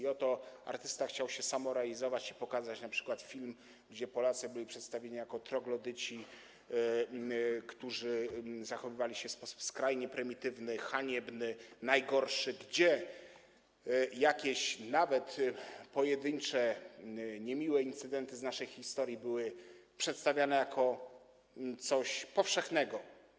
I oto artysta chciał się samorealizować i pokazać np. film, gdzie Polacy byli przedstawieni jako troglodyci, którzy zachowywali się w sposób skrajnie prymitywny, haniebny, najgorszy, gdzie nawet jakieś pojedyncze niemiłe incydenty z naszej historii były przedstawiane jako coś powszechnego.